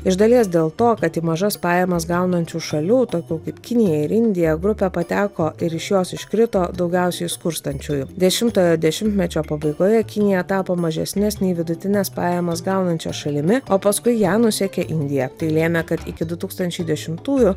iš dalies dėl to kad į mažas pajamas gaunančių šalių tokių kaip kinija ir indija grupę pateko ir iš jos iškrito daugiausiai skurstančiųjų dešimtojo dešimtmečio pabaigoje kinija tapo mažesnes nei vidutines pajamas gaunančia šalimi o paskui ją nusekė indija tai lėmė kad iki du tūkstančiai dešimtųjų